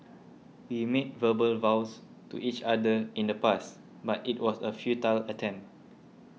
we made verbal vows to each other in the past but it was a futile attempt